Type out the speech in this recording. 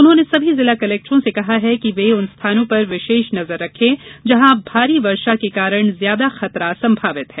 उन्होंने सभी जिला कलेक्टरों से कहा कि वे उन स्थानों पर विशेष नजर रखें जहाँ भारी वर्षा के कारण ज्यादा खतरा संभावित है